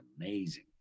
amazing